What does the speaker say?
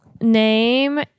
Name